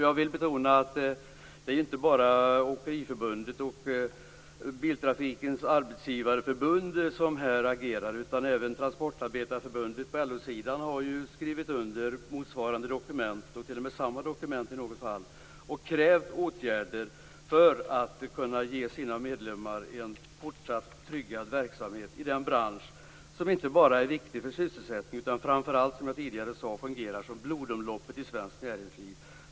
Jag vill betona att det inte bara är Åkeriförbundet och Biltrafikens Arbetsgivareförbund som agerar i det här fallet, utan även Transportarbetareförbundet på LO-sidan har skrivit under motsvarande dokument och t.o.m. samma dokument i något fall. Man har krävt åtgärder för att kunna ge sina medlemmar en fortsatt tryggad verksamhet i den bransch som inte bara är viktig för sysselsättningen utan som framför allt - som jag tidigare sade - fungerar som blodomloppet i svenskt näringsliv.